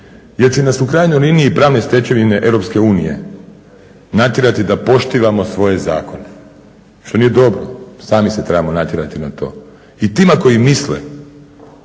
jer će nas u krajnjoj liniji pravne stečevine EU natjerati da poštivamo svoje zakone što nije dobro, sami se trebamo natjerati na to i tim ako i misle.